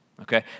Okay